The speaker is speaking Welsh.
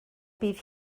bydd